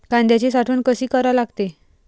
कांद्याची साठवन कसी करा लागते?